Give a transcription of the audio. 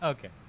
Okay